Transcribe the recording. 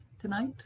tonight